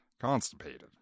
constipated